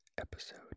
episode